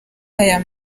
aya